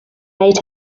made